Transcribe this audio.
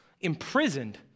Imprisoned